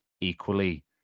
equally